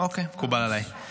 מקובל עליי.